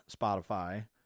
Spotify